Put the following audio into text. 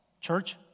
Church